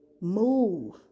move